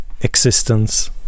existence